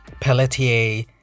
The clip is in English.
Pelletier